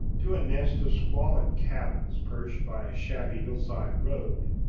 to a nest of squalid cabins perched by a shabby hillside road.